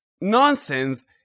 nonsense